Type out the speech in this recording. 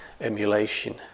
emulation